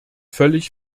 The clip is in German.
völlig